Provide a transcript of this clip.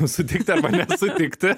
sutikti arba nesutikti